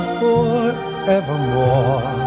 forevermore